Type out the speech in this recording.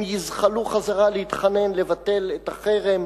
הם יזחלו חזרה להתחנן לבטל את החרם.